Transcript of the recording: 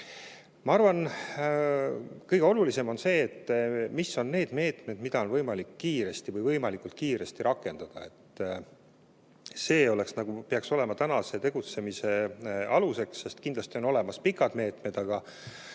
Ma arvan, et kõige olulisem on see, milliseid meetmeid on võimalik kiiresti või võimalikult kiiresti rakendada. See peaks olema praegu tegutsemise aluseks. Kindlasti on olemas pikad meetmed, aga